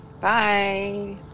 Bye